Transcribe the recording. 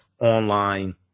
online